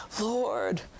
Lord